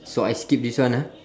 so I skip this one ah